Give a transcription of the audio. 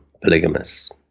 polygamous